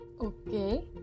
Okay